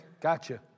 gotcha